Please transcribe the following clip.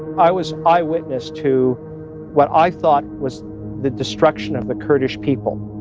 i was eyewitness to what i thought was the destruction of the kurdish people